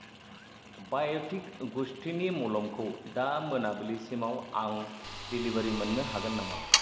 बाय'टिक गुस्थिनि मलमखौ दा मोनाबिलिसिमाव आं देलिबारि मोननो हागोन नामा